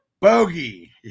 Bogey